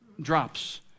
drops